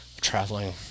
traveling